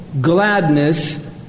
gladness